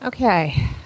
Okay